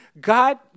God